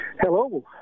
Hello